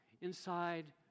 inside